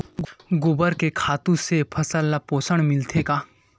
गोबर के खातु से फसल ल पोषण मिलथे का?